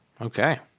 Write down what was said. Okay